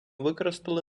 використали